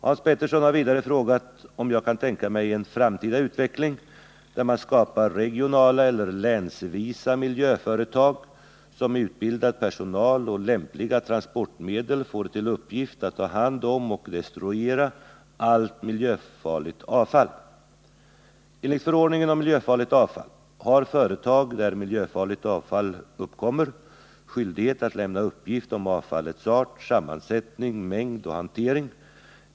Hans Petersson har vidare frågat om jag kan tänka mig en framtida utveckling där man skapar regionala eller länsvisa miljöföretag som med utbildad personal och lämpliga transportmedel får till uppgift att ta hand om och destruera allt miljöfarligt avfall. mängd och hantering.